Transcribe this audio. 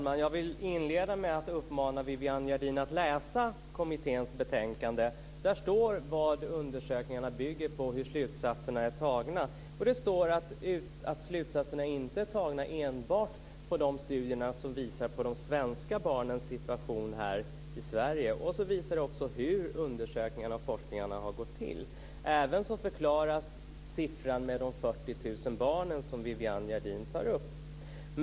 Fru talman! Jag inleder med att uppmana Viviann Gerdin läsa kommitténs betänkande. Där står vad undersökningarna bygger på, hur slutsatserna är dragna. Det står att slutsatserna inte enbart är dragna på de studier som visar de svenska barnens situation här i Sverige. Det visar också hur undersökningarna och forskningen har gått till. Ävenså förklaras siffran med de 40 000 barnen som Viviann Gerdin tar upp.